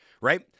right